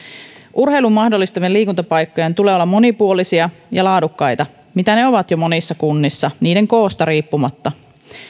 urheilun mahdollistavien liikuntapaikkojen tulee olla monipuolisia ja laadukkaita mitä ne ovat jo monissa kunnissa niiden koosta riippumatta